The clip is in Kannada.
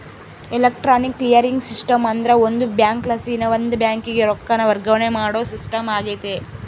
ಎಲೆಕ್ಟ್ರಾನಿಕ್ ಕ್ಲಿಯರಿಂಗ್ ಸಿಸ್ಟಮ್ ಅಂದ್ರ ಒಂದು ಬ್ಯಾಂಕಲಾಸಿ ಇನವಂದ್ ಬ್ಯಾಂಕಿಗೆ ರೊಕ್ಕಾನ ವರ್ಗಾವಣೆ ಮಾಡೋ ಸಿಸ್ಟಮ್ ಆಗೆತೆ